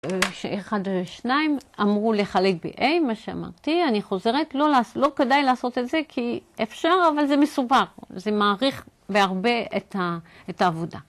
כשאחד או שניים אמרו לחלק ב-A, מה שאמרתי, אני חוזרת, לא כדאי לעשות את זה כי אפשר, אבל זה מסובך, זה מאריך בהרבה את העבודה.